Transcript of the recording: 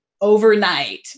overnight